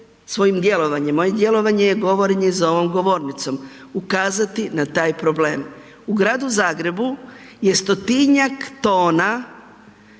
svojim djelovanjem, moje djelovanje je govorenje za ovom govornicom, ukazati na taj problem. U Gradu Zagrebu je 100-tinjak tona